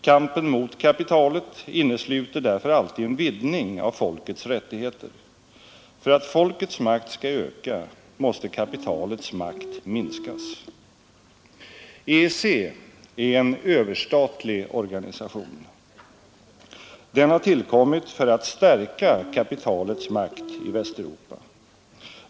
Kampen mot kapitalet innesluter därför alltid en vidgning av folkets rättigheter. För att folkets makt skall öka måste kapitalets makt minskas. EEC är en överstatlig organisation. Den har tillkommit för att stärka kapitalets makt i Västeuropa.